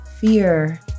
fear